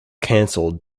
canceled